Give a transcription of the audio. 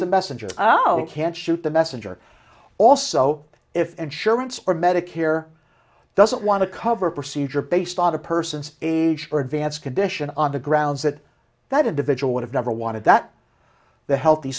the messenger oh you can't shoot the messenger also if insurance or medicare doesn't want to cover a procedure based on a person's age or advanced condition on the grounds that that individual would have never wanted that the healthy